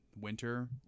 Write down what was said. winter